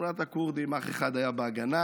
שכונת הכורדים, אח אחד היה בהגנה,